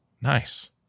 nice